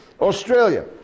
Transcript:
Australia